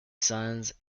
sons